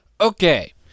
okay